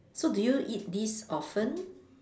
so do you eat this often